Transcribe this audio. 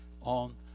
on